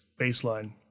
baseline